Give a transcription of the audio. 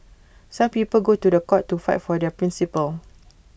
some people go to The Court to fight for their principles